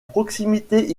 proximité